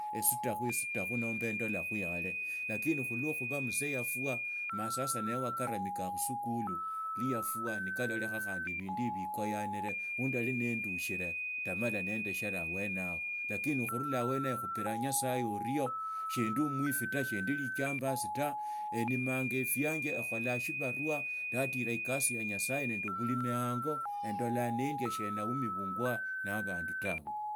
Tsutakhu esutakhu nomba endolakhu nomba endola khuiyale lakini khulwa khuba mzee yarwa ma sasa newa karamikha khusikulu iwa yarwa nikalolekha khandi oindi ibibikuyanire wu ndali nindushire ndamala nindeshera abwene yahoo lakini khurura obwene yahoo khupiraa nyagaye orio shindig omwifi ta shindig lijambasi ta enimanara viamu ekholonya shibarua ndaalila ekasi ya nyasaye nendi obulimi hanya endilaa ahinya selaumibunywa na abandi tawe.